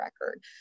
record